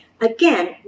again